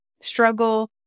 struggle